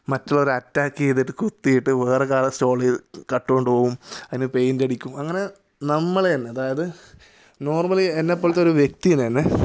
മറ്റുള്ളവരെ അറ്റാക്ക് ചെയ്തിട്ട് കുത്തിയിട്ട് വേറെ കാർ സ്റ്റോൾ ചെയ്ത് കട്ടുകൊണ്ട് പോകും അതിന് പെയിന്റ് അടിക്കും അങ്ങനെ നമ്മൾ തന്നെ അതായത് നോർമലി എന്നെ പോലത്തെ ഒരു വ്യക്തിയെ തന്നെ